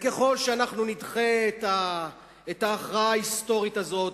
ככל שאנחנו נדחה את ההכרעה ההיסטורית הזאת,